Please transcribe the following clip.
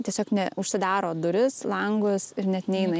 tiesiog ne užsidaro duris langus ir net neina